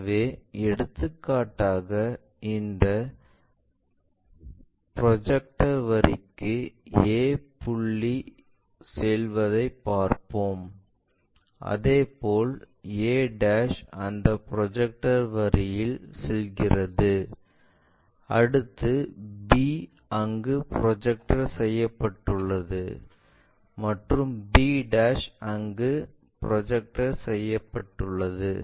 எனவே எடுத்துக்காட்டாக இந்த ப்ரொஜெக்டர் வரிக்கு a புள்ளி செல்வதைப் பார்ப்போம் அதேபோல் a அந்த ப்ரொஜெக்டர் வரியிலும் செல்கிறது அடுத்து b அங்கு ப்ரொஜெக்டர் செய்யப்பட்டுள்ளது மற்றும் b அங்கு ப்ரொஜெக்டர் செய்யப்பட்டுள்ளது